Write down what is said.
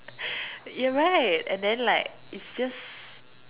you're right and then like it's just